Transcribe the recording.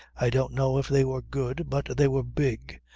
i don't know if they were good, but they were big,